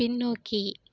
பின்னோக்கி